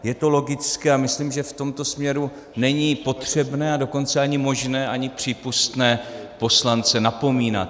Je to logické a myslím, že v tomto směru není potřebné, a dokonce ani možné, ani přípustné poslance napomínat.